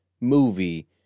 movie